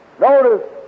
Notice